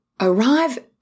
Arrive